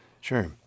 Sure